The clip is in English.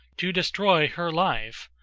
to destroy her life.